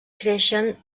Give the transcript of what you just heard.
creixen